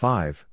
Five